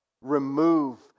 Remove